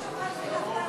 היושבת-ראש,